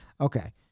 okay